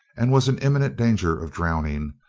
and was in imminent danger of drowning,